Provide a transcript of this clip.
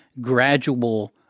gradual